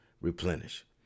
replenish